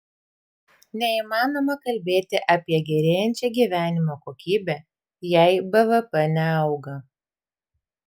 neįmanoma kalbėti apie gerėjančią gyvenimo kokybę jei bvp neauga